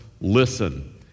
listen